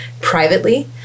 privately